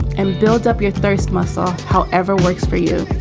and build up your thirst. muscle. however, works for you.